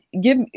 give